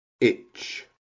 itch